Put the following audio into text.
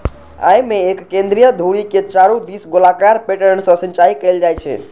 अय मे एक केंद्रीय धुरी के चारू दिस गोलाकार पैटर्न सं सिंचाइ कैल जाइ छै